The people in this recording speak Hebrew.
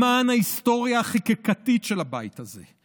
למען ההיסטוריה החקיקתית של הבית הזה,